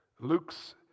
Luke's